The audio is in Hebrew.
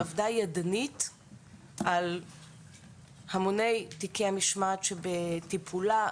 עבדה ידנית על המוני תיקי המשמעת שבטיפולה,